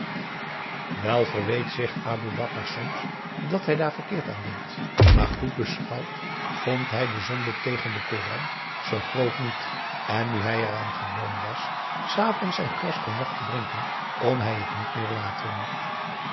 wel verweet zich aboe bakar soms dat hij daar verkeerd aan deed maar goed beschouwd vond hij de zonde tegen den koran zoo groot niet en nu hij eraan gewoon was s avonds zijn glas cognac te drinken kon hij het niet meer laten